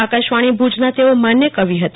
આકાશવાણી ભુજના તેઓ માન્ય કવિ હતા